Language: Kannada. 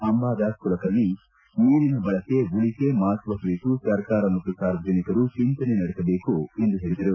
ಅಂಬಾದಾಸ್ ಕುಲಕರ್ಣಿ ನೀರಿನ ಬಳಕೆ ಉಳಿಕೆ ಮಪತ್ವ ಕುರಿತು ಸರ್ಕಾರ ಮತ್ತು ಸಾರ್ವಜನಿಕರು ಚಿಂತನೆ ನಡೆಸಬೇಕು ಎಂದು ಹೇಳಿದರು